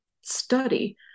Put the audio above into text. study